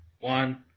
one